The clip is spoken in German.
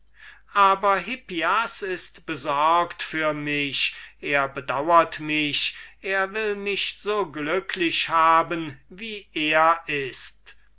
aber hippias ist besorgt für mich er bedaurt mich er will mich so glücklich machen wie er ist